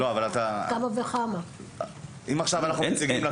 על אחת כמה וכמה שצריך למנוע שזו לא תהיה תופעה.